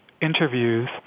interviews